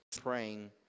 Praying